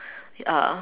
ya